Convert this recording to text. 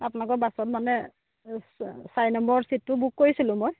আপোনালোকৰ বাছত মানে চাৰি নম্বৰ ছিটটো বুক কৰিছিলোঁ